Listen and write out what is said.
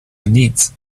needs